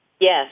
Yes